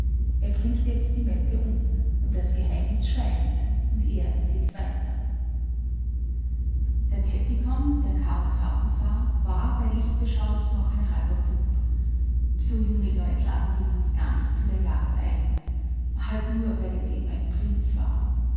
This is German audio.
er bringt jetzt die mette um und das geheimnis schweigt und er lebt weiter der tettikon der k k husar war bei licht beschaut noch ein halber bub so junge leut laden wir sonst gar nicht zu der jagd ein halt nur weil es eben ein prinz war